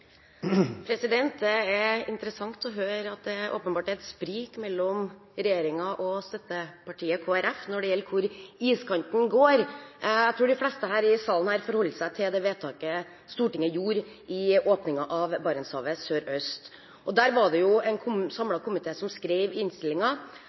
interessant å høre at det åpenbart er et sprik mellom regjeringen og støttepartiet Kristelig Folkeparti når det gjelder hvor iskanten går. Jeg tror de fleste her i salen forholder seg til det vedtaket Stortinget gjorde i åpningen av Barentshavet sørøst. Der var det en